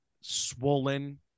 swollen